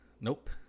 Nope